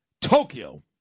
Tokyo